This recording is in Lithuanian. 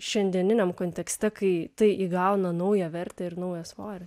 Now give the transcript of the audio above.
šiandieniniam kontekste kai tai įgauna naują vertę ir naują svorį